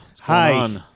hi